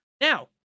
Now